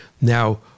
now